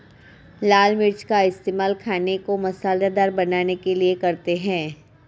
लाल मिर्च का इस्तेमाल खाने को मसालेदार बनाने के लिए करते हैं